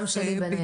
גם שלי בין היתר.